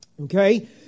Okay